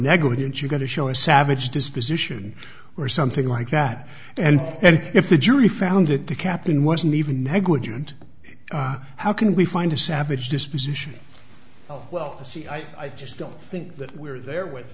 negligence you're going to show a savage disposition or something like that and if the jury found that the captain wasn't even negligent how can we find a savage disposition oh well see i just don't think that we're there with